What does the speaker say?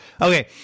Okay